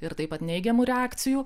ir taip pat neigiamų reakcijų